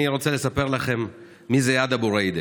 אני רוצה לספר לכם מי זה איאד אבו רידה.